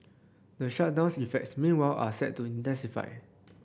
the shutdown's effects meanwhile are set to intensify